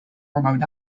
remote